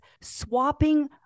swapping